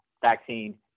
vaccine